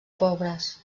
pobres